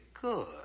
good